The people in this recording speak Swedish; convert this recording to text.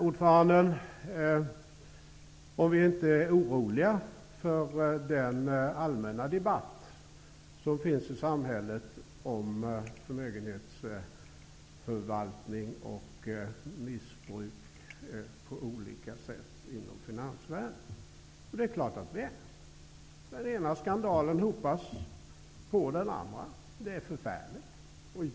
Ordföranden frågar om vi inte är oroliga för den allmänna debatt som förs i samhället om förmögenhetsförvaltning och missbruk på olika sätt inom finansvärlden. Det är klart att vi är det. Den ena skandalen läggs till den andra. Det är förfärligt.